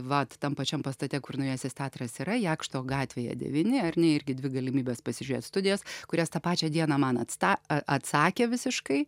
vat tam pačiam pastate kur naujasis teatras yra jakšto gatvėje devyni ar ne irgi dvi galimybes pasižiūrėt studijas kurias tą pačią dieną man atsta atsakė visiškai